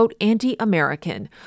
anti-American